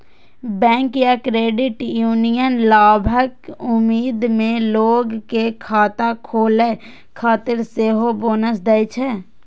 bank या credit union लाभक उम्मीद मे लोग कें खाता खोलै खातिर सेहो बोनस दै छै